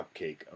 cupcake